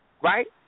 right